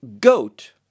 goat